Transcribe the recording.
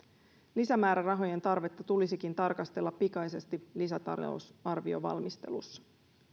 lisämäärärahojen tarvetta tulisikin tarkastella pikaisesti lisätalousarviovalmistelussa